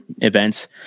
events